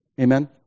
Amen